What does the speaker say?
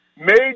made